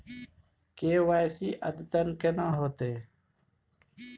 KYC अद्यतन केना होतै?